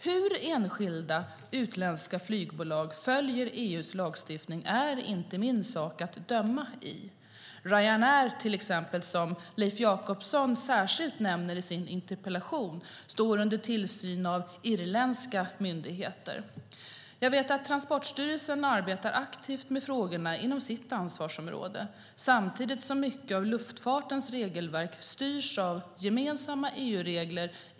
Hur enskilda utländska flygbolag följer EU:s lagstiftning är inte min sak att bedöma. Ryanair till exempel, som Leif Jakobsson särskilt nämner i sin interpellation, står under tillsyn av irländska myndigheter. Jag vet att Transportstyrelsen arbetar aktivt med frågorna inom sitt ansvarsområde, samtidigt som mycket av luftfartens regelverk styrs av gemensamma EU-regler.